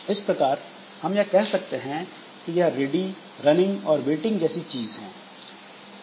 इस प्रकार हम यह कह सकते हैं यह रेडी रनिंग और वेटिंग जैसी चीज है